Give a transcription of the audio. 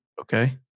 Okay